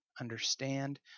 understand